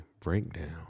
Breakdown